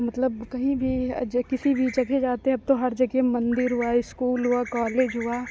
मतलब कहीं भी जे किसी भी जगह जाते हैं अब तो हर जगह मन्दिर हुआ इस्कूल हुआ कॉलेज हुआ